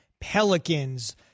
Pelicans